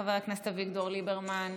חבר הכנסת אביגדור ליברמן,